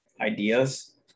ideas